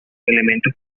elementos